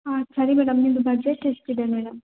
ಹಾಂ ಸರಿ ಮೇಡಮ್ ನಿಮ್ದು ಬಜೆಟ್ ಎಷ್ಟಿದೆ ಮೇಡಮ್